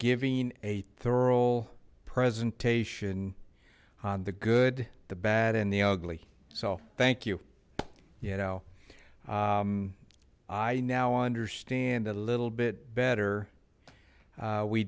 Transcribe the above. giving a thorough presentation on the good the bad and the ugly so thank you you know i now understand a little bit better